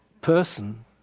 person